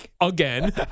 Again